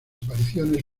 apariciones